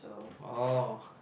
oh